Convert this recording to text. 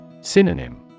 Synonym